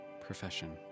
profession